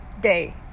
day